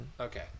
Okay